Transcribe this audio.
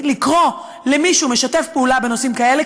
לקרוא למישהו "משתף פעולה" בנושאים כאלה,